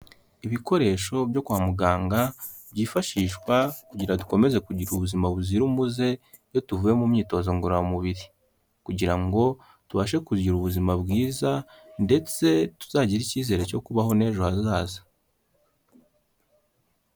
Ibikoresho byo kwa muganga byifashishwa kugira dukomeze kugira ubuzima buzira umuze iyo tuvuye mu myitozo ngororamubiri, kugira ngo tubashe kugira ubuzima bwiza ndetse tuzagire icyizere cyo kubaho n'ejo hazaza.